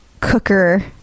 cooker